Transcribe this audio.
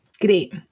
Great